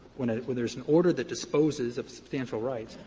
where there's an order that disposes of substantial rights,